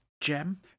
gem